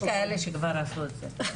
יש כאלה שכבר עשו את זה.